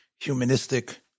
humanistic